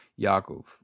Yaakov